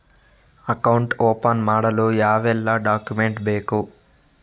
Account open ಮಾಡಲು ಯಾವೆಲ್ಲ document ಬೇಕು?